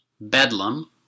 Bedlam